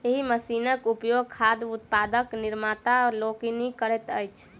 एहि मशीनक उपयोग खाद्य उत्पादक निर्माता लोकनि करैत छथि